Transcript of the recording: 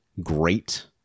Great